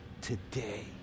today